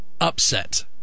Upset